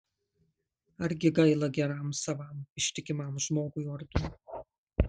argi gaila geram savam ištikimam žmogui ordino